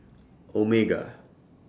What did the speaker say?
Omega